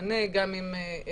אתה חייב להיפגש גם עם הממנה,